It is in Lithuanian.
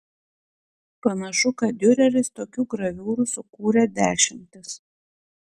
panašu kad diureris tokių graviūrų sukūrė dešimtis